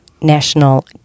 National